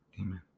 Amen